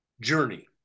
journey